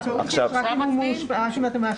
הזכאות יש רק אם אתם מאשפזים אותו?